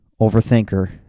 overthinker